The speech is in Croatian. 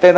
te